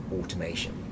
automation